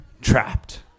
Trapped